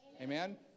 Amen